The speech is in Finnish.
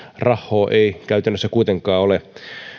rahhoo ei käytännössä kuitenkaan ole